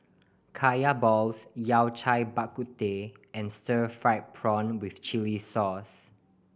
Kaya balls Yao Cai Bak Kut Teh and stir fried prawn with chili sauce